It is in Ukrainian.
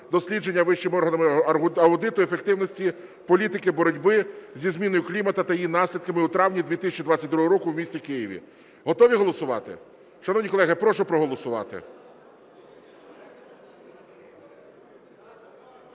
"Дослідження вищими органами аудиту ефективності політики боротьби зі зміною клімату та її наслідками" у травні 2022 року в місті Києві. Готові голосувати? Шановні колеги, прошу проголосувати.